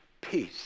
peace